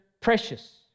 precious